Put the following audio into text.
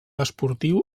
esportiu